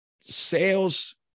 sales